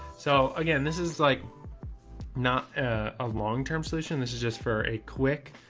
so again, this is like not a longterm solution. this is just for a quick,